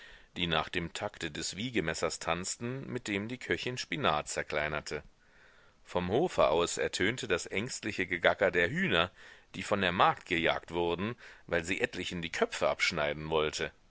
die nach dem takte des wiegemessers tanzten mit dem die köchin spinat zerkleinerte vom hofe aus ertönte das ängstliche gegacker der hühner die von der magd gejagt wurden weil sie etlichen die köpfe abschneiden wollte